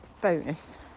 bonus